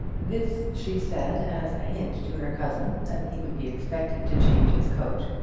this she said as a hint to her cousin that he would be expected to change his coat,